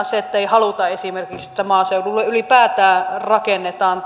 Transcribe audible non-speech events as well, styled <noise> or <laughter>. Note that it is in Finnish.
<unintelligible> se ettei haluta esimerkiksi että maaseudulle ylipäätään rakennetaan <unintelligible>